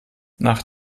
nach